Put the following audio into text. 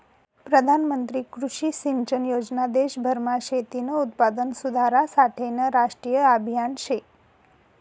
प्रधानमंत्री कृषी सिंचन योजना देशभरमा शेतीनं उत्पादन सुधारासाठेनं राष्ट्रीय आभियान शे